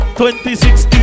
2016